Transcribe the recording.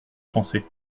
français